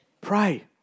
pray